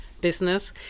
Business